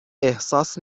احساس